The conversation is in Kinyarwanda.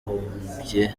w’abibumbye